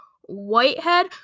Whitehead